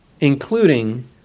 including